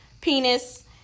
penis